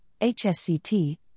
HSCT